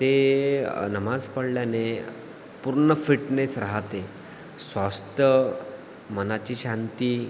ते नमाज पढल्याने पूर्ण फिटनेस राहते स्वास्थ्य मनाची शांती